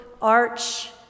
arch